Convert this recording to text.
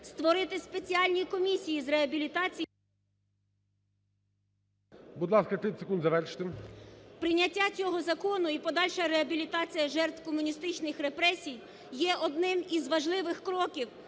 Створити спеціальні комісії з реабілітації… ГОЛОВУЮЧИЙ. Будь ласка, 30 секунд. Завершуйте. ЛУЦЕНКО І.С. Прийняття цього закону і подальша реабілітація жертв комуністичних репресій є одним із важливих кроків